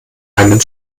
einen